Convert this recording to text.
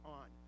on